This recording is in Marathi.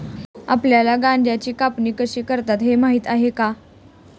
आपल्याला गांजाची कापणी कशी करतात हे माहीत आहे का?